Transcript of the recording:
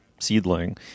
seedling